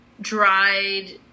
dried